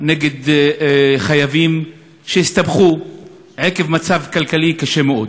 נגד חייבים שהסתבכו עקב מצב כלכלי קשה מאוד.